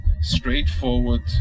straightforward